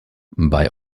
bei